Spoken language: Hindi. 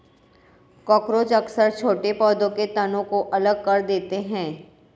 कॉकरोच अक्सर छोटे पौधों के तनों को अलग कर देते हैं